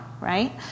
right